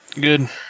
good